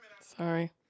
Sorry